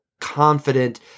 confident